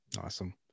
Awesome